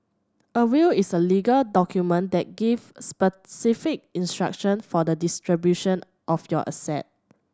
a will is a legal document that give specific instruction for the distribution of your asset